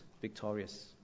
victorious